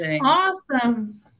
awesome